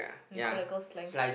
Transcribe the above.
colloquial slangs